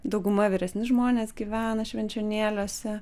dauguma vyresni žmonės gyvena švenčionėliuose